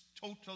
total